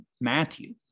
Matthew